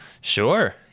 Sure